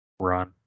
Run